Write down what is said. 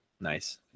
Nice